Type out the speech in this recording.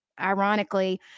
ironically